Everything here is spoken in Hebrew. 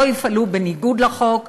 לא יפעלו בניגוד לחוק,